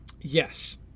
Yes